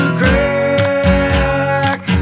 crack